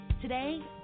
Today